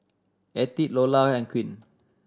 Ettie Lola and Queen